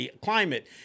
climate